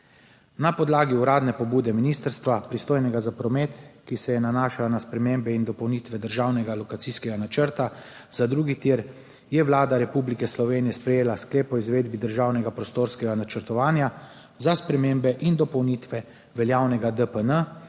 Na podlagi uradne pobude ministrstva, pristojnega za promet, ki se je nanašala na spremembe in dopolnitve državnega lokacijskega načrta za drugi tir, je Vlada Republike Slovenije sprejela sklep o izvedbi državnega prostorskega načrtovanja za spremembe in dopolnitve veljavnega DPN,